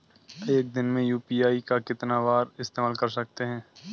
एक दिन में यू.पी.आई का कितनी बार इस्तेमाल कर सकते हैं?